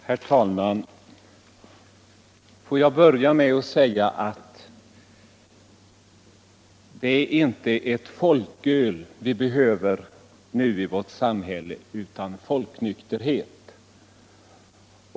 Herr talman! Låt mig börja med att säga att det inte är ett folköl vi nu behöver i vårt samhälle utan folknykterhet.